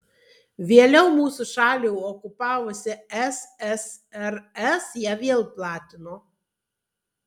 vėliau mūsų šalį okupavusi ssrs ją vėl platino